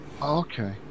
Okay